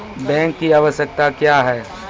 Bank की आवश्यकता क्या हैं?